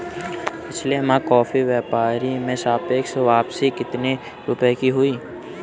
पिछले माह कॉफी व्यापार में सापेक्ष वापसी कितने रुपए की हुई?